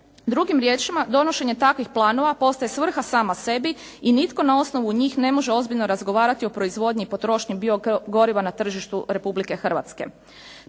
Drugim riječima, donošenje takvih planova postaje svrha sama sebi i nitko na osnovu njih ne može ozbiljno razgovarati o proizvodnji i potrošnji biogoriva na tržištu Republike Hrvatske.